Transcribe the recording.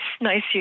Nice